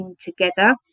together